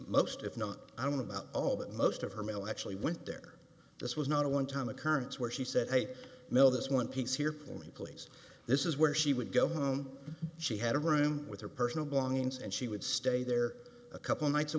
most if not i'm about all that most of her male actually went there this was not a one time occurrence where she said hey mil this one piece here for me please this is where she would go home she had a room with her personal belongings and she would stay there a couple nights a